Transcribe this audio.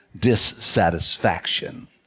dissatisfaction